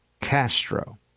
Castro